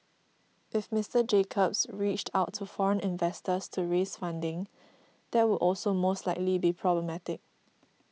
if Mister Jacobs reached out to foreign investors to raise funding that would also most likely be problematic